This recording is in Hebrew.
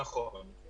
נכון.